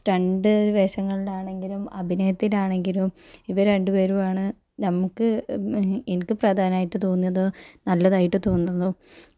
stunt വേഷങ്ങളിലാണെങ്കിലും അഭിനയത്തിലാണെങ്കിലും ഇവർ രണ്ടു പേരും ആണ് നമുക്ക് എനിക്ക് പ്രധാനമായിട്ട് തോന്നിയത് നല്ലതായിട്ട് തോന്നുന്നു